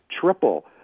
triple